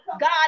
God